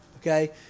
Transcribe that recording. okay